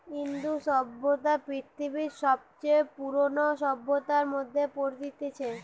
ইন্দু সভ্যতা পৃথিবীর সবচে পুরোনো সভ্যতার মধ্যে পড়তিছে